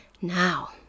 Now